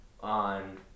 on